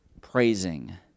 Praising